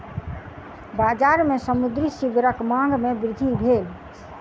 बजार में समुद्री सीवरक मांग में वृद्धि भेल